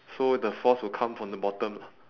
so the force will come from the bottom